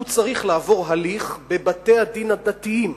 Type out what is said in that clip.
הוא צריך לעבור הליך בבתי-הדין הדתיים.